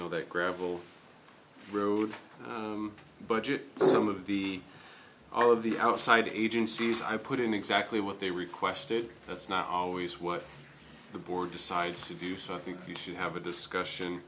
know that gravel road budget some of the all of the outside agencies i put in exactly what they requested that's not always what the board decides to do so i think you should have a discussion